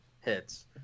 hits